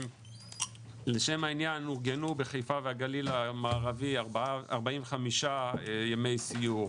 לשם העניין אורגנו בחיפה והגליל המערבי 45 ימי סיור.